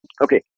Okay